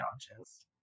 challenges